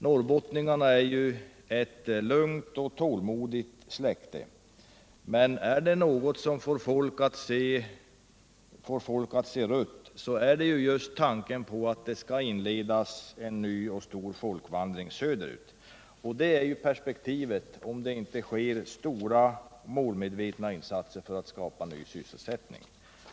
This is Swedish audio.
Norrbottningarna är ett lugnt och tålmodigt släkte, men något som får folk att se rött är just tanken på att det skall inledas nya och stora folkvandringar söderut. Det är perspektivet, om det inte sker stora och målmedvetna insatser för att skapa ny sysselsättning.